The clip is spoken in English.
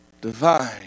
divine